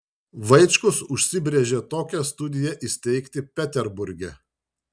vaičkus užsibrėžė tokią studiją įsteigti peterburge